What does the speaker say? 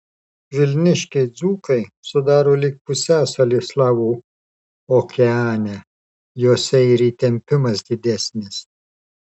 vilniškiai dzūkai sudaro lyg pusiasalį slavų okeane juose ir įtempimas didesnis